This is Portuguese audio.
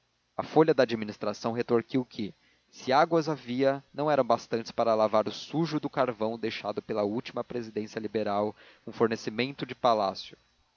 a folha da administração retorquiu que se águas havia não eram bastantes para lavar o sujo do carvão deixado pela última presidência liberal um fornecimento de palácio